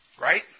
right